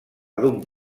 d’un